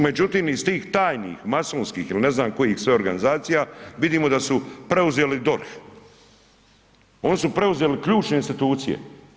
Međutim, iz tih tajnih masonskih ili ne znam kojih sve organizacija vidimo da su preuzeli DORH, oni su preuzeli ključne institucije.